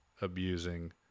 abusing